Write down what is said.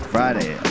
Friday